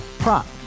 Prop